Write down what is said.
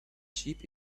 sheep